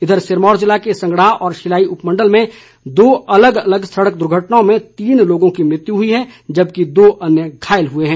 इधर सिरमौर जिले के संगडाह और शिलाई उपमंडल में दो अलग अलग सड़क दुर्घटनाओं में तीन लोगों की मृत्यु हुई है जबकि दो अन्य घायल हुए हैं